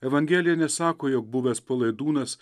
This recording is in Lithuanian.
evangelija nesako jog buvęs palaidūnas